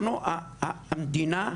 אנחנו המדינה,